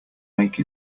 make